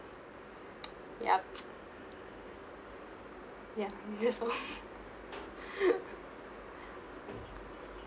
yup that's all